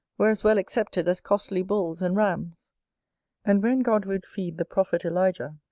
were as well accepted as costly bulls and rams and when god would feed the prophet elijah,